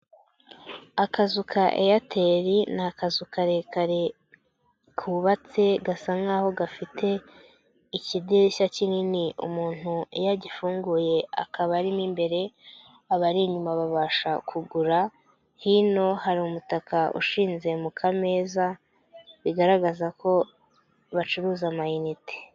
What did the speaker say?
Akazu ka Airtel ni akazu karekare kubabatse gasa nkaho gafite ikidirishya kinini, umuntu iyo agifunguye akaba arimo imbere abari inyuma babasha kugura. Hino hari umutaka ushinze ku kameza, bigaragaza ko bacuruza amayinite.